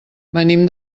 venim